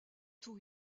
tout